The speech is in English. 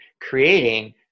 creating